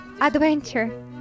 Adventure